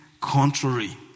contrary